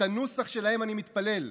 את הנוסח שלהם אני מתפלל,